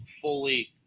fully